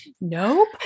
nope